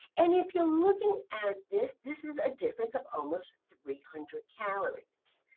and if you're looking at this, this is a difference of almost three hundred calories.